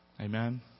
Amen